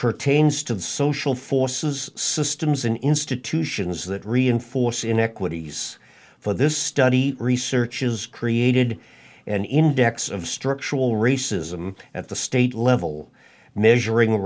pertains to the social forces systems in institutions that reinforce inequities for this study researches created an index of structural racism at the state level measuring